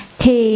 thì